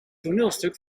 toneelstuk